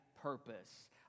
purpose